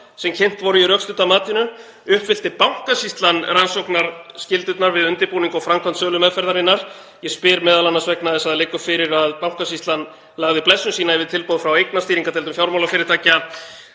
sem kynnt voru í rökstudda matinu? Uppfyllti Bankasýslan rannsóknarskyldur við undirbúning og framkvæmd sölumeðferðarinnar? Ég spyr m.a. vegna þess að það liggur fyrir að Bankasýslan lagði blessun sína yfir tilboð frá eignastýringardeildum fjármálafyrirtækja